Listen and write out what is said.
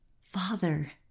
Father